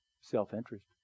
Self-interest